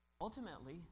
ultimately